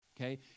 Okay